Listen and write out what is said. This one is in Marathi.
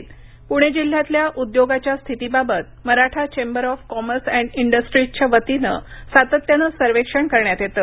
प्रणे जिल्ह्यातल्या उद्योगांच्या स्थितीबाबत Maratha chamber of commerce and इंडस्ट्रीजच्या वतीनं सातत्यानं सर्वेक्षण करण्यात येतं